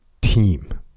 team